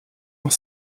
dans